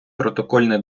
протокольне